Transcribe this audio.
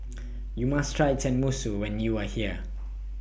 YOU must Try Tenmusu when YOU Are here